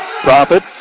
Profit